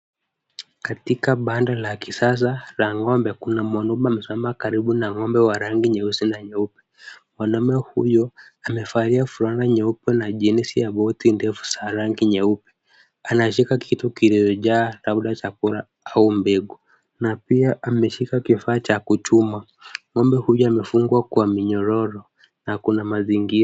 Katika banda la kisasa la ngombe kuna mwanamume amesimama karibu na ng'ombe wa rangi nyeusi na nyeupe. Mwanamume huyo amevalia fulana nyeupe na jinisi na buti za rangi nyeupe. Ameshika kitu kimejaa labda chakula au mbegu na pia ameshika kifaa cha kuchuma. Ngombe huyo amefungwa kwa minyororo na kuna mazingira.